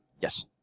Yes